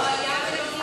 לא היה ולא נברא.